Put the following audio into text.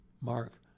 Mark